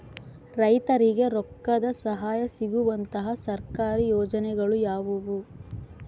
ರೈತರಿಗೆ ರೊಕ್ಕದ ಸಹಾಯ ಸಿಗುವಂತಹ ಸರ್ಕಾರಿ ಯೋಜನೆಗಳು ಯಾವುವು?